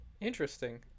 Interesting